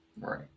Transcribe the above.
Right